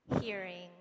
hearing